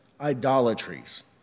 idolatries